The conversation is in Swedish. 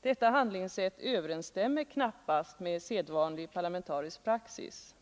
Detta handläggningssätt överensstämmer knappast med sedvanlig parlamentarisk praxis.